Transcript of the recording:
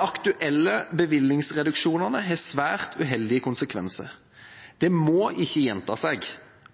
aktuelle bevilgningsreduksjonene har svært uheldige konsekvenser. Det må ikke gjenta seg.